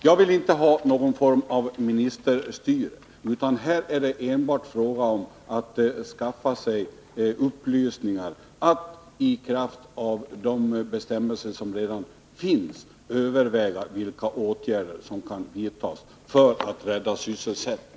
Jag vill inte ha någon form av ministerstyre, utan här är det enbart fråga om att skaffa sig upplysningar och att i kraft av de bestämmelser som redan finns överväga vilka åtgärder som kan vidtas för att rädda sysselsättningen.